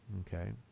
Okay